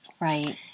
Right